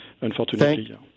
unfortunately